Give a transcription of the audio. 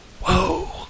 Whoa